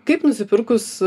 kaip nusipirkus